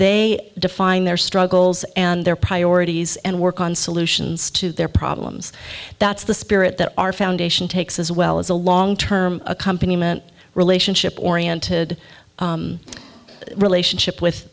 they define their struggles and their priorities and work on solutions to their problems that's the spirit that our foundation takes as well as a long term a company meant relationship oriented relationship with